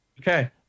Okay